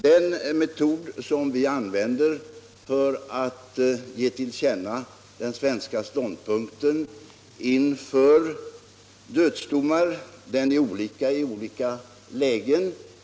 De metoder som vi använder för att ge till känna den svenska ståndpunkten inför dödsdomar är olika i olika lägen.